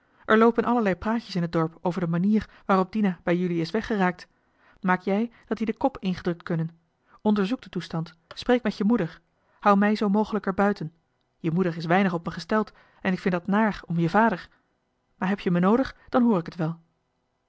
er loopen allerlei praatjes in t dorp over de manier waarop dina bij jullie is weggeraakt maak jij dat die de kop ingedrukt kunnen onderzoek de toestand spreek met je moeder houd mij zoo mogelijk er buiten je moeder is weinig op me gesteld en ik vind dat naar om je vader maar heb je me noodig dan hoor ik het wel